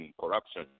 corruption